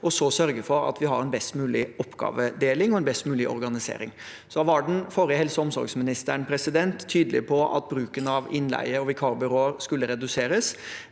så sørge for at vi har en best mulig oppgavedeling og organisering. Den forrige helse- og omsorgsministeren var tydelig på at bruken av innleie og vikarbyråer skulle reduseres.